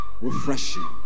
refreshing